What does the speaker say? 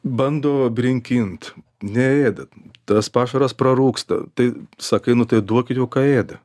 bando brinkint neėda tas pašaras prarūgsta tai sakai nu tai duokit jau ką ėda